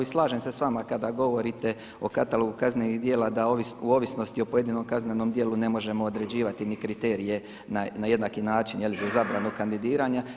I slažem se s vama kada govorite o katalogu kaznenih djela da u ovisnosti o pojedinom kaznenom djelu ne možemo određivati ni kriterije na jednaki način za zabranu kandidiranja.